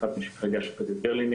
שהוחלפה על ידי השופטת ברלינר,